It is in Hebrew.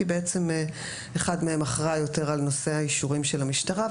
כי אחד מהם אחראי יותר על נושא האישורים של המשטרה,